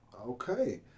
Okay